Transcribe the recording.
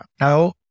Now